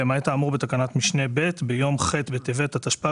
למעט האמור בתקנת משנה (ב) ביום ח' בטבת התשפ"ג